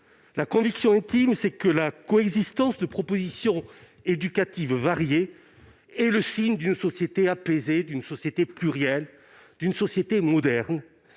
Ma conviction intime, c'est que la coexistence de propositions éducatives variées est le signe d'une société apaisée, plurielle, moderne